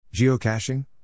Geocaching